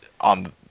on